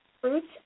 fruits